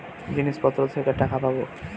জিনিসপত্র থেকে টাকা পাবো